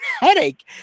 headache